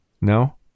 no